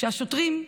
השוטרים,